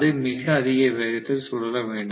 அது மிக அதிக வேகத்தில் சுழல வேண்டும்